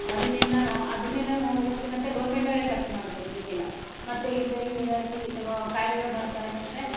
ಅದನ್ನೆಲ್ಲ ಅದನ್ನೆಲ್ಲ ನೋಡಕ್ಕೆ ಹೋಗಿ ಮತ್ತೆ ಗವ್ರ್ಮೆಂಟವರೇ ಖರ್ಚು ಮಾಡ್ಬೇಕು ಇದಕ್ಕೆಲ್ಲ ಮತ್ತೆ ಇಲ್ಲದೆ ಏನಾಯಿತು ಇಲ್ಲಿ ಕಾಯ್ಲೆಗಳು ಬರ್ತಾಯಿದೆ ಅಂದರೆ